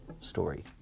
story